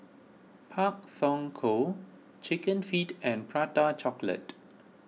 Pak Thong Ko Chicken Feet and Prata Chocolate